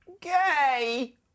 Gay